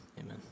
Amen